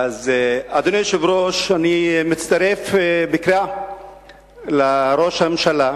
אדוני היושב-ראש, אני מצטרף לקריאה לראש הממשלה